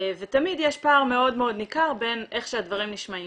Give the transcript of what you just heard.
תמיד יש פער מאוד ניכר בין איך שהדברים נשמעים